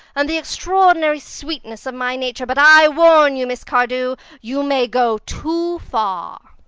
and the extraordinary sweetness of my nature, but i warn you, miss cardew, you may go too far.